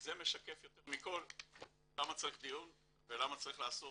זה משקף יותר מכל למה צריך דיון ולמה צריך לעשות